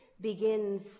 begins